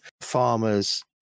farmers